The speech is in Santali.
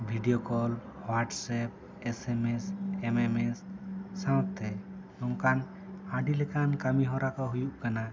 ᱵᱷᱤᱰᱭᱚᱠᱚᱞ ᱣᱟᱴᱥᱮᱯ ᱮᱥᱮᱢᱮᱥ ᱮᱢᱮᱢᱮᱥ ᱥᱟᱶᱛᱮ ᱱᱚᱝᱠᱟᱱ ᱟᱹᱰᱤ ᱞᱮᱠᱟᱱ ᱠᱟᱹᱢᱤ ᱦᱚᱨᱟ ᱠᱚ ᱦᱩᱭᱩᱜ ᱠᱟᱱᱟ